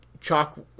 Chalk